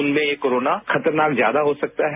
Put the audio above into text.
उनमें ये कोरोना खतरनाक ज्यादा हो सकता है